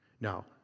Now